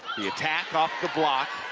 the attack off the block.